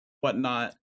whatnot